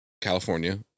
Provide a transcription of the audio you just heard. california